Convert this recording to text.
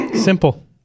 simple